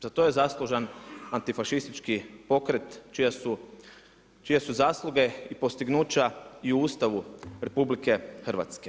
Za to je zaslužan antifašistički pokret čije su zasluge i postignuća i u Ustavu RH.